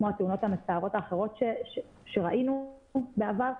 כמו התאונות המצערות האחרות שראינו בעבר,